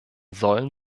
sollen